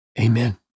amen